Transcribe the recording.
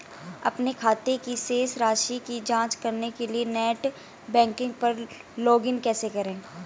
अपने खाते की शेष राशि की जांच करने के लिए नेट बैंकिंग पर लॉगइन कैसे करें?